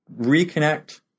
reconnect